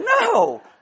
No